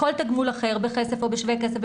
כל תגמול אחר בכסף או בשווה כסף,